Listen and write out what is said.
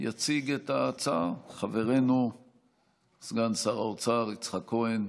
יציג את ההצעה חברנו סגן שר האוצר יצחק כהן.